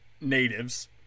natives